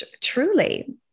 truly